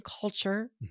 culture